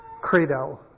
credo